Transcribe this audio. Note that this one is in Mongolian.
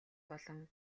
болон